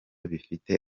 bifite